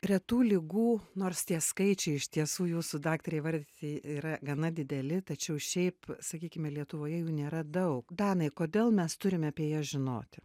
retų ligų nors tie skaičiai iš tiesų jūsų daktare įvardyti yra gana dideli tačiau šiaip sakykime lietuvoje jų nėra daug danai kodėl mes turim apie jas žinoti